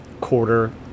quarter